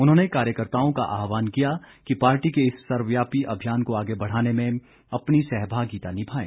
उन्होंने कार्यकर्त्ताओं का आह्वान किया कि पार्टी के इस सर्वव्यापी अभियान को आगे बढ़ाने में अपनी सहभागिता निभाएं